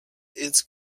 its